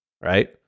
Right